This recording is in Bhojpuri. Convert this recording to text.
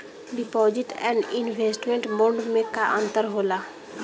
डिपॉजिट एण्ड इन्वेस्टमेंट बोंड मे का अंतर होला?